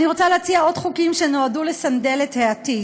אני רוצה להציע עוד חוקים שנועדו לסנדל את העתיד: